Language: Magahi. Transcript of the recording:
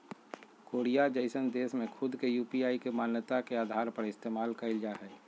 कोरिया जइसन देश में खुद के यू.पी.आई के मान्यता के आधार पर इस्तेमाल कईल जा हइ